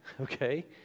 okay